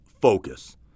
focus